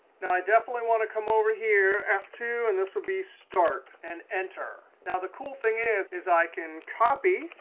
now, i definitely want to come over here. f two. and this will be start, and enter. now, the cool thing is is i can copy,